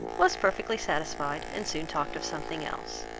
was perfectly satisfied, and soon talked of something else.